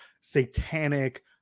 satanic